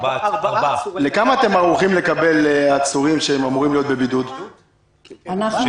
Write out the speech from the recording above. לכמה עצורים שאמורים להיות בבידוד אתם ערוכים?